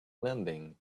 landing